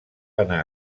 anar